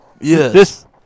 Yes